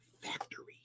factory